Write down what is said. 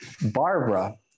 Barbara